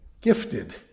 gifted